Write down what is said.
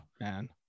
man